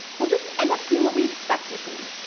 we'll just end up seeing what we expect to see.